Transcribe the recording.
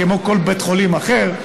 כמו כל בית חולים אחר,